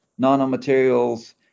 nanomaterials